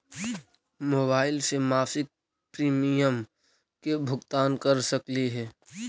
Mobile से मासिक premium के भुगतान कर सकली हे?